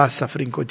suffering